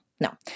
No